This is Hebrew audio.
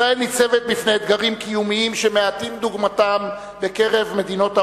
ישראל ניצבת בפני אתגרים קיומיים שמעטים דוגמתם בקרב מדינות העולם.